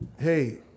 Hey